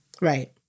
Right